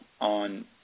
on